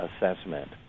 assessment